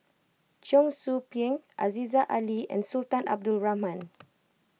Cheong Soo Pieng Aziza Ali and Sultan Abdul Rahman